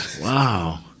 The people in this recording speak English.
Wow